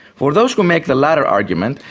for those who make the latter argument,